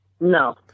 No